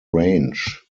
range